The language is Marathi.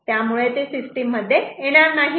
त्यामुळे ते सिस्टीम मध्ये ते येणार नाहीत